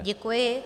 Děkuji.